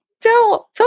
Phil